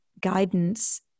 guidance